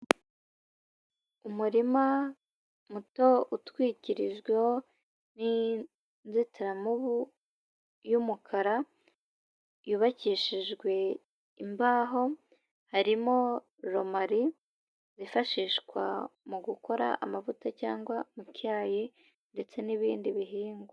Umurima muto utwikirijwe n'inzitiramibu y'umukara yubakishijwe imbaho, harimo romali yifashishwa mu gukora amavuta cyangwa mu cyayi, ndetse n'ibindi bihingwa.